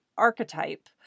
archetype